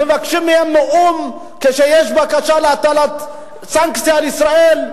מבקשים מהן כשבאו"ם יש בקשה להטלת סנקציה על ישראל,